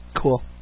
Cool